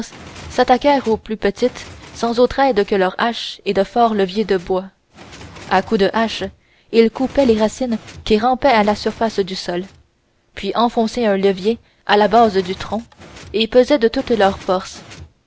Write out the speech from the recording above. s'attaquèrent aux plus petites sans autre aide que leurs haches et de forts leviers de bois à coups de hache ils coupaient les racines qui rampaient à la surface du sol puis enfonçaient un levier à la base du tronc et pesaient de toute leur force